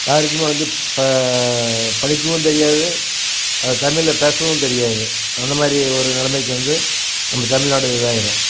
யாருக்குமே வந்து ப படிக்கவும் தெரியாது அது தமிழ்ல பேசவும் தெரியாது அந்த மாதிரி ஒரு நிலமைக்கு வந்து நம்ம தமிழ்நாடு இதாயிடும்